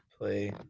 play